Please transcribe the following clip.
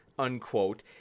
unquote